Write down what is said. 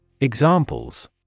Examples